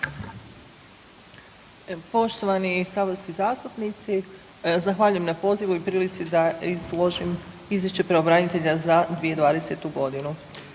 Poštovani saborski zastupnici. Zahvaljujem na pozivu i prilici da izložim Izvješće pravobranitelja za 2020. g.